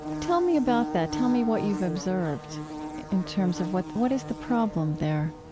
tell me about that. tell me what you've observed in terms of what, what is the problem there?